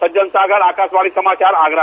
सज्जन सागर आकाशवाणी समाचार आगरा